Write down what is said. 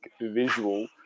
visual